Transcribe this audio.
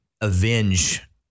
avenge